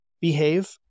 behave